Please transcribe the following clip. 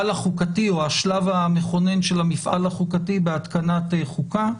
החוקתי או השלב המכונן של המפעל החוקתי בהתקנת חוקה.